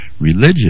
Religion